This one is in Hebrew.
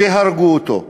הרגו אותו.